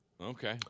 Okay